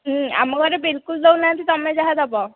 ଆମ ଘରେ ବିଲକୁଲ୍ ଦେଉ ନାହାଁନ୍ତି ତମେ ଯାହା ଦେବ